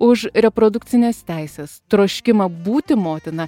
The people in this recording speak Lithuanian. už reprodukcines teises troškimą būti motina